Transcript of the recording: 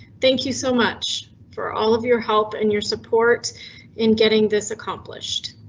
thank you so much for all of your help and your support in getting this accomplished.